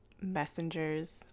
messengers